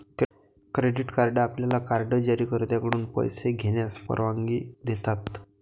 credit card आपल्याला card जारीकर्त्याकडून पैसे घेण्यास परवानगी देतात